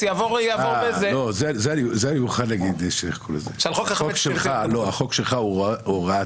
אני חושב שזה חוק שפוגע בשוויון והוא לא בסדר